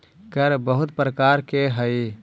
कर बहुत प्रकार के हई